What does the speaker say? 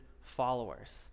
followers